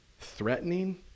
threatening